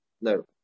No